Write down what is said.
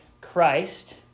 Christ